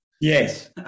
Yes